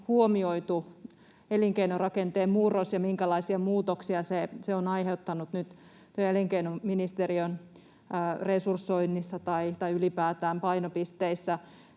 huomioitu elinkeinorakenteen murros ja minkälaisia muutoksia se on aiheuttanut nyt työ- ja elinkeinoministeriön resursoinnissa tai ylipäätään painopisteissä.